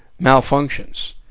malfunctions